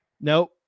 Nope